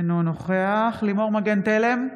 אינו נוכח לימור מגן תלם,